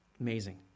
Amazing